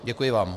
Děkuji vám.